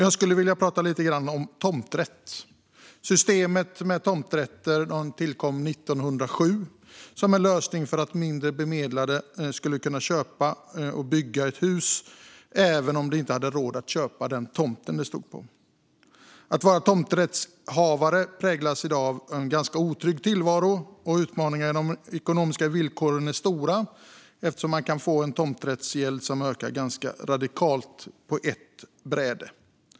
Jag skulle vilja prata lite grann om tomträtt. Systemet med tomträtter tillkom 1907 som en lösning för att mindre bemedlade skulle kunna bygga hus även om de inte hade råd att köpa tomten det stod på. Att vara tomträttshavare innebär i dag en ganska otrygg tillvaro, och utmaningarna i de ekonomiska villkoren är stora eftersom man kan få en ganska radikal ökning av tomträttsavgälden på ett bräde.